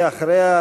אחריה,